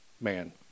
man